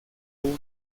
una